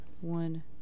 one